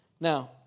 Now